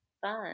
fun